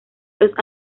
los